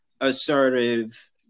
assertive